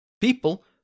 People